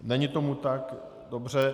Není tomu tak, dobře.